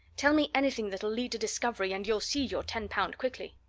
tell me anything that'll lead to discovery, and you'll see your ten pound quickly.